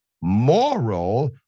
moral